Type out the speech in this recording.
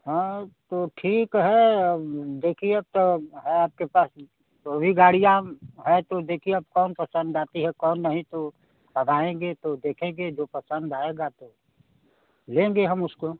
हाँ तो ठीक है अब देखिए तो अब है आपके पास तो वह भी गाड़ियाँ हैं तो देखिए अब कौन पसंद आती है कौन नहीं तो बताएँगे तो देखेंगे जो पसंद आएगी तो लेंगे हम उसको